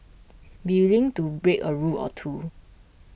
be willing to break a rule or two